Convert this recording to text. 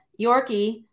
Yorkie